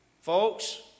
Folks